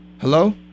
Hello